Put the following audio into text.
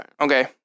Okay